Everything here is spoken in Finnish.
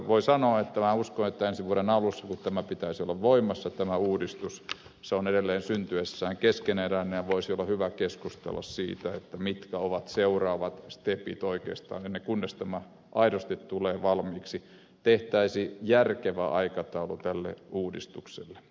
voin sanoa että minä uskon että ensi vuoden alussa kun tämän uudistuksen pitäisi olla voimassa se on edelleen syntyessään keskeneräinen ja voisi olla hyvä keskustella siitä mitkä ovat oikeastaan seuraavat stepit kunnes tämä aidosti tulee valmiiksi tehtäisiin järkevä aikataulu tälle uudistukselle